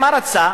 מה רצה?